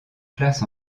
place